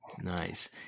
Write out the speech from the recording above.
Nice